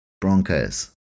Broncos